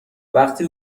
وقتی